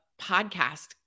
podcast